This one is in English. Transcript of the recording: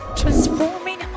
transforming